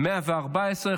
114,